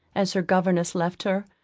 as her governess left her,